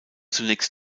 zunächst